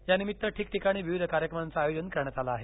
यानिमित्त ठिकठीकाणी विविध कार्यक्रमाचं आयोजन करण्यात आलं आहे